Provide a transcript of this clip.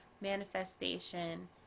manifestation